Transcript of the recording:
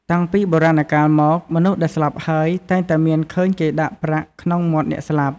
តាំងពីបុរាណកាលមក មនុស្សដែលស្លាប់ហើយតែងតែមានឃើញគេដាក់ប្រាក់ក្នុងមាត់អ្នកស្លាប់ ។